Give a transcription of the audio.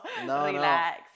Relax